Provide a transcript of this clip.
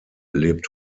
lebt